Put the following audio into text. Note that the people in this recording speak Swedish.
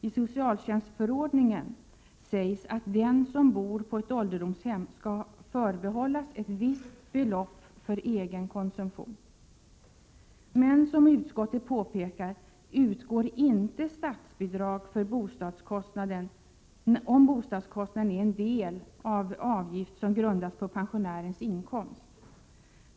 I socialtjänstförordningen sägs att den som bor på ett ålderdomshem skall förbehållas ett visst belopp för egen konsumtion. Men som utskottet påpekar utgår inte statsbidrag om bostadskostnaden är en del av en avgift som grundas på pensionärens inkomst.